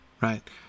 Right